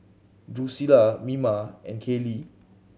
Drusilla Mima and Kailee